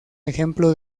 ejemplo